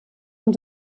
und